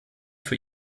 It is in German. für